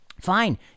fine